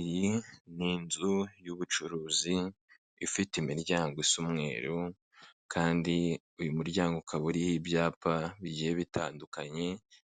Iyi ni inzu y'ubucuruzi ifite imiryango isa umweruru kandi uyu muryango ukaba uriho ibyapa bigiye bitandukanye